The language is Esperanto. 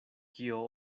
kio